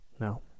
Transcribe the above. No